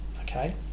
Okay